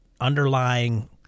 underlying